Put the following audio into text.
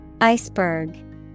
Iceberg